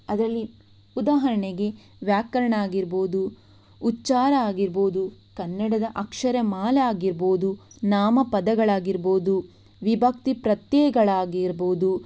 ಅದರಲ್ಲಿ ಉದಾಹರಣೆಗೆ ವ್ಯಾಕರಣ ಆಗಿರಬಹುದು ಉಚ್ಚಾರ ಆಗಿರಬಹುದು ಕನ್ನಡದ ಅಕ್ಷರ ಮಾಲೆ ಆಗಿರಬಹುದು ನಾಮಪದಗಳು ಆಗಿರಬಹುದು ವಿಭಕ್ತಿ ಪ್ರತ್ಯಯಗಳಾಗಿರಬಹುದು